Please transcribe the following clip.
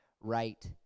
right